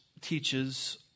teaches